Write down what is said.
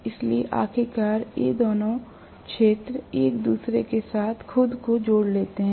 इसलिए आखिरकार ये दोनों क्षेत्र एक दूसरे के साथ खुद को जोड़ लेते हैं